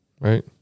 Right